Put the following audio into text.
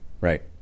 right